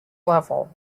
level